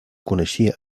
coneixia